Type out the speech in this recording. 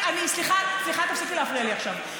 סליחה, תפסיקי להפריע לי עכשיו.